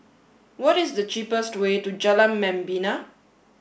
what is the cheapest way to Jalan Membina